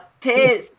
Piss